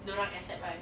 dorang accept I